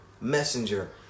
Messenger